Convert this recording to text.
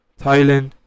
Thailand